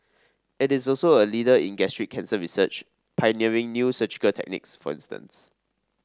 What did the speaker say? it is also a leader in gastric cancer research pioneering new surgical techniques for instance